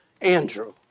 Andrew